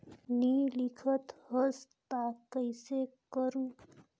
नी लिखत हस ता कइसे करू?